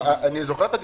אני זוכר.